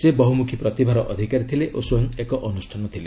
ସେ ବହୁମ୍ଖୀ ପ୍ରତିଭାର ଅଧିକାରୀ ଥିଲେ ଓ ସ୍ୱୟଂ ଏକ ଅନୁଷ୍ଠାନ ଥିଲେ